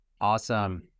awesome